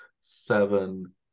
seven